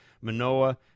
Manoa